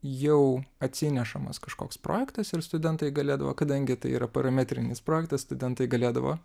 jau atsinešamas kažkoks projektas ir studentai galėdavo kadangi tai yra parametrinis projektas studentai galėdavo